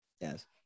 Yes